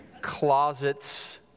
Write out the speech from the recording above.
Closets